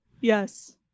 yes